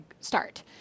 start